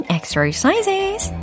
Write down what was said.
Exercises